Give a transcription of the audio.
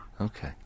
Okay